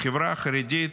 החברה החרדית,